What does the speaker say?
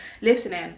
listening